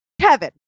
Kevin